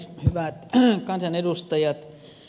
hyvät kansanedustajat